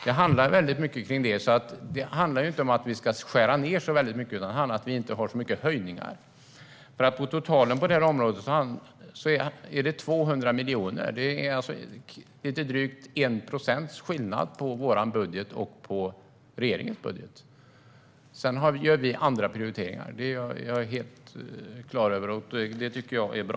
Det handlar inte om att vi ska skära ned så mycket, utan det handlar om att vi inte har så mycket höjningar. Totalen är 200 miljoner. Det är alltså drygt 1 procents skillnad mellan vår budget och regeringens budget. Jag är klar över att vi gör andra prioriteringar, och det tycker jag är bra.